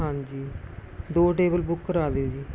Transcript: ਹਾਂਜੀ ਦੋ table book ਕਰਾ ਦਿਓ ਜੀ